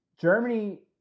Germany